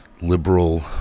liberal